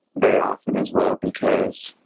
very often as well because